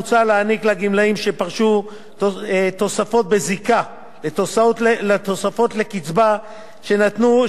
תוספות בזיקה לתוספות לקצבה שניתנו לגמלאי שירות המדינה